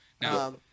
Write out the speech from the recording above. now